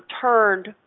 turned